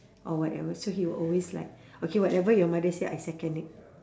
or whatever so he will always like okay whatever your mother say I second it